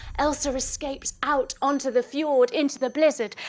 elsa escapes out on to the fjord into the blizzard,